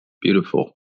Beautiful